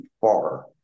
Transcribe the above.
far